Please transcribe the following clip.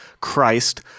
Christ